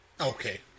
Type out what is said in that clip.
Okay